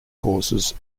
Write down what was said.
courses